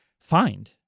find